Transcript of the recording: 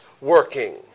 working